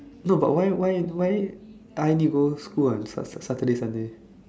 no but why why why I need go school on Saturday Sundays